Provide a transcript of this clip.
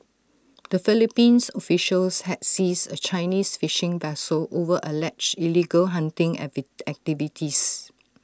the Philippines officials had seized A Chinese fishing vessel over alleged illegal hunting activities